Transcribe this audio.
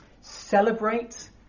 celebrate